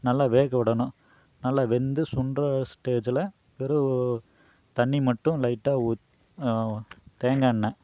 நல்லா வேக விடணும் நல்லா வெந்து சுண்டுற ஸ்டேஜில் வெறும் தண்ணி மட்டும் லைட்டாக ஊத் தேங்கா எண்ணெய்